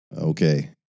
Okay